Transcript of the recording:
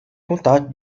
contato